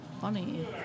funny